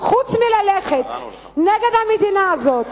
חוץ מללכת נגד המדינה הזאת